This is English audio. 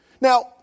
Now